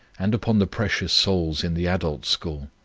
and upon the precious souls in the adult school,